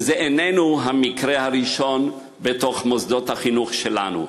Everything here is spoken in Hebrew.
וזה איננו המקרה הראשון במוסדות החינוך שלנו,